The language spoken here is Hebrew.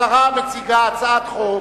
השרה מציגה הצעת חוק